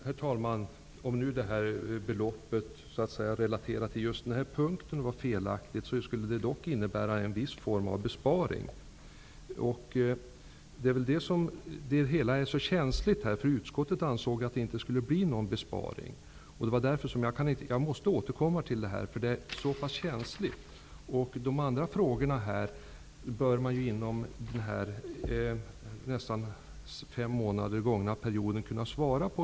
Herr talman! Även om nu detta belopp relaterat till just den här punkten var felaktigt innebär det dock en viss form av besparing. Det är väl detta som gör att det hela är så känsligt. Utskottet ansåg nämligen att denna sänkning inte skulle ge någon besparing. Det är därför som jag måste återkomma till detta. De andra frågorna bör man ju inom den nästan fem månader gångna perioden kunna svara på.